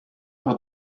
par